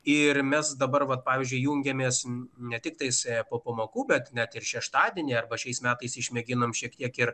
ir mes dabar vat pavyzdžiui jungiamės ne tiktai save po pamokų bet net ir šeštadienį arba šiais metais išmėginome šiek tiek ir